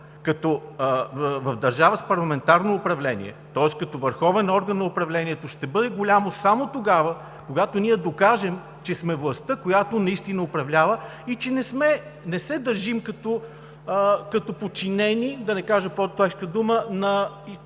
в държава с парламентарно управление, тоест като върховен орган на управлението, ще бъде голямо само тогава, когато ние докажем, че сме властта, която наистина управлява и че не се държим като подчинени, да не кажа по-тежка дума, на